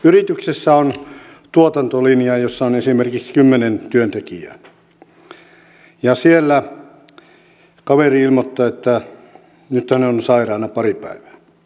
yrityksessä on tuotantolinja jossa on esimerkiksi kymmenen työntekijää ja siellä kaveri ilmoittaa että nyt hän on sairaana pari päivää